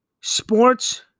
Sports